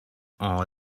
all